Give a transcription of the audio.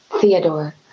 Theodore